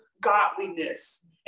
godliness